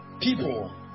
people